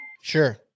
Sure